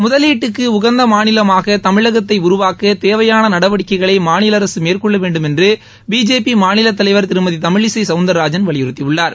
முதலீட்டக்கு உகந்த மாநிலமாக தமிழகத்தை உருவாக்க தேவையான நடவடிக்கைகளை மாநில அரசு மேற்கொள்ள வேண்டுமென்று பிஜேபி மாநில தலைவர் திருமதி தமிழிசை சௌந்தர்ராஜன் வலியுறுத்தியுள்ளார்